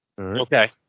Okay